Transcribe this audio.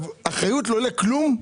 אחריות לא לכלום?